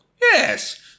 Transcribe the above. Yes